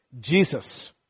Jesus